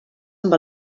amb